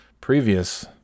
previous